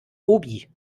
obi